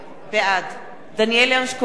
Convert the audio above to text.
בעד דניאל הרשקוביץ,